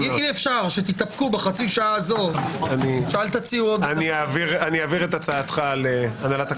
בשעה 14:00.) אנחנו מחדשים את ישיבת